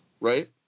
Right